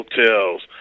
hotels